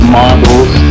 models